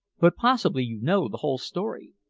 but possibly you know the whole story?